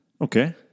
Okay